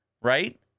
Right